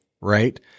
right